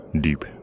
deep